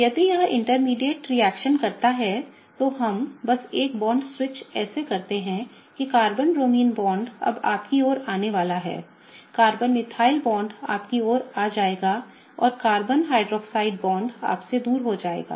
यदि यह intermediate reaction करता है तो हम बस एक बॉन्ड स्विच ऐसे करते हैं कि कार्बन ब्रोमाइन बॉन्ड अब आपकी ओर आने वाला है कार्बन मिथाइल बॉन्ड आपकी ओर आ जाएगा और कार्बन OH बांड आपसे दूर हो जाएगा